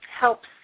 helps